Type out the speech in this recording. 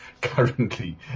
currently